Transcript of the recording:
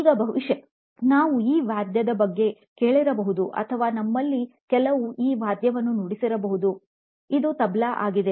ಈಗ ಬಹುಶಃ ನಾವು ಈ ವಾದ್ಯದ ಬಗ್ಗೆ ಕೇಳಿರಬಹುದು ಅಥವಾ ನಿಮ್ಮಲ್ಲಿ ಕೆಲವರು ಈ ವಾದ್ಯವನ್ನು ನುಡಿಸಿರುವರು ಇದು "ತಬ್ಲಾ""Tabla" ಆಗಿದೆ